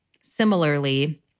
similarly